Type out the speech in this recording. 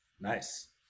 Nice